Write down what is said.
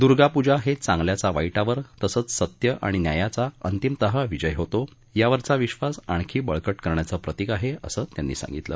दूर्गापूजा हे चांगल्याचा वाईटावर तसंच सत्य आणि न्यायाचा अंतिमतः विजय होतो यावरचा विधास आणखी बळकट करण्याचं प्रतीक आहे असं त्यांनी सांगितलं